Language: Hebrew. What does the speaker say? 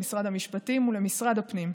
למשרד המשפטים ולמשרד הפנים.